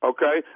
Okay